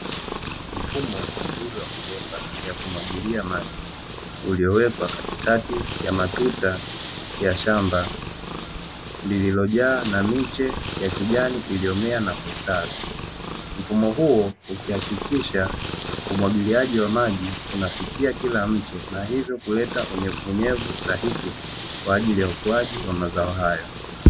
Mfumo mzuri wa mabomba ya kumwagilia maji, uliowekwa katikati ya matuta ya shamba lililojaa miche ya kijani iliyomea na kustawi. Mfumo huu ukihakikisha umwagiliaji wa maji unafikia kila mche na hivyo kuleta unyevuunyevu stahiki kwa ajili ya ukuaji wa mazao hayo.